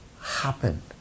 happen